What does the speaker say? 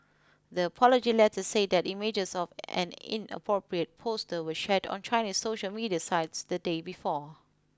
the apology letter said that images of an inappropriate poster were shared on Chinese social media sites the day before